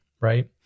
right